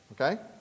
Okay